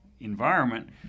environment